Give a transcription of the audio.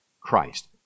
Christ